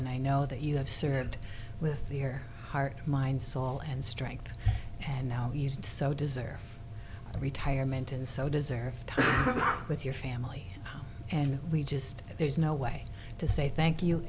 and i know that you have served with their heart mind soul and strength and now used so deserved retirement and so deserved time with your family and we just there's no way to say thank you